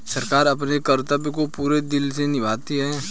सरकार अपने कर्तव्य को पूरे दिल से निभाती है